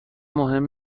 مهم